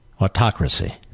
autocracy